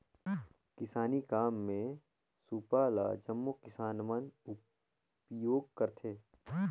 किसानी काम मे सूपा ल जम्मो किसान मन उपियोग करथे